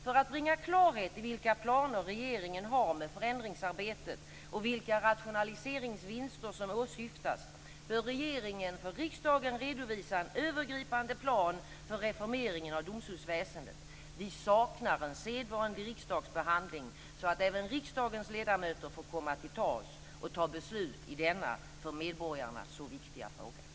För att bringa klarhet i vilka planer regeringen har med förändringsarbetet och vilka rationaliseringsvinster som åsyftas bör regeringen för riksdagen redovisa en övergripande plan för reformeringen av domstolsväsendet. Vi saknar en sedvanlig riksdagsbehandling, så att även riksdagens ledamöter får komma till tals och fatta beslut i denna för medborgarna så viktiga fråga.